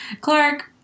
Clark